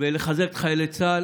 ולחזק את חיילי צה"ל.